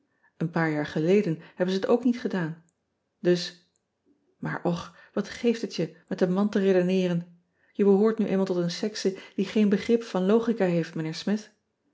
en paar jaar geleden hebben ze het ook niet gedaan us maar och wat geeft het je met een man te redeneeren e behoort nu eenmaal tot een sekse die geen begrip van logica heeft ijnheer mith